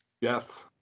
Yes